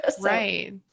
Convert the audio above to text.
Right